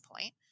point